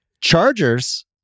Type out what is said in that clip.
Chargers